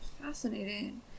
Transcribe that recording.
Fascinating